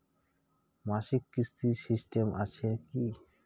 মাসিক কিস্তির সিস্টেম আছে কি?